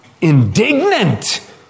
indignant